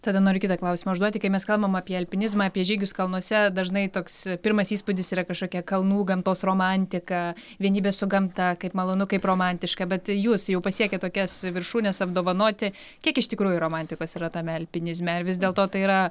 tada noriu kitą klausimą užduoti kai mes kalbam apie alpinizmą apie žygius kalnuose dažnai toks pirmas įspūdis yra kažkokia kalnų gamtos romantika vienybė su gamta kaip malonu kaip romantiška bet jūs jau pasiekę tokias viršūnes apdovanoti kiek iš tikrųjų romantikos yra tame alpinizme ar vis dėlto tai yra